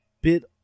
bit